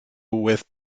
with